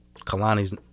kalani's